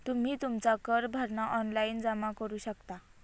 तुम्ही तुमचा कर भरणा ऑनलाइन जमा करू शकता